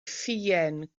ffeuen